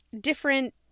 different